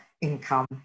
income